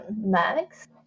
Max